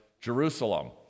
Jerusalem